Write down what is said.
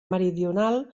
meridional